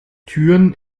türen